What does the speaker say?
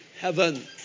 heaven